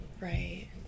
Right